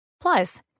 Plus